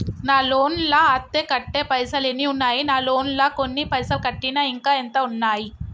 నా లోన్ లా అత్తే కట్టే పైసల్ ఎన్ని ఉన్నాయి నా లోన్ లా కొన్ని పైసల్ కట్టిన ఇంకా ఎంత ఉన్నాయి?